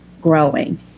growing